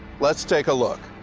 let's take a look.